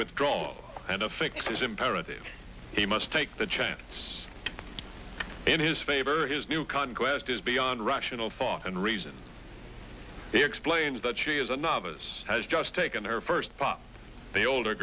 withdrawal and a fix is imperative he must take the chance in his favor his new conquests is beyond rational thought and reason he explains that she is a novice has just taken her first pop the older